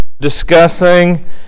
discussing